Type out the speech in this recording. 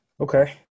Okay